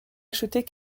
achetés